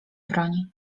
broni